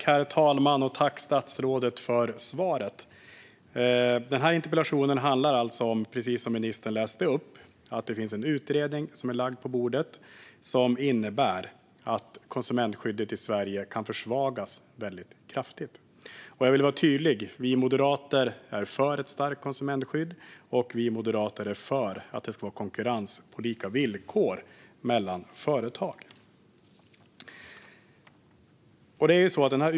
Herr talman! Tack, statsrådet, för svaret! Precis som ministern sa handlar interpellationen om en utredning som har lagts på bordet och som innebär att konsumentskyddet i Sverige kan försvagas väldigt kraftigt. Jag vill vara tydlig med att vi moderater är för ett starkt konsumentskydd. Vi är också för att konkurrens mellan företag ska ske på lika villkor.